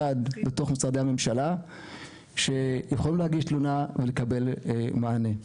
בתוך משרדי הממשלה שיכולים להגיש תלונה ולקבל מענה.